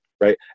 Right